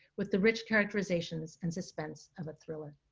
with the rich characterizations and suspense of a thriller.